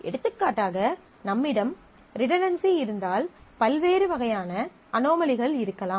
எடுத்துக்காட்டாக நம்மிடம் ரிடன்டன்சி இருந்தால் பல்வேறு வகையான அனோமலிகள் இருக்கலாம்